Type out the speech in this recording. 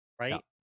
right